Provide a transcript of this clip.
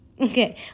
Okay